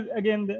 again